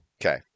Okay